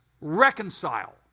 reconcile